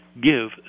give